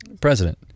president